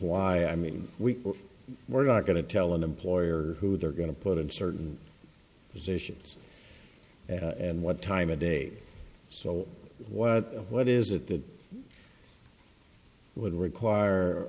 why i mean we we're not going to tell an employer who they're going to put in certain positions and what time of day so what what is it that would require